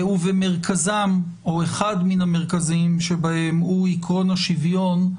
ובמרכזם או אחד מן המרכזיים שבהם הוא עיקרון השוויון,